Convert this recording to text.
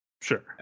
Sure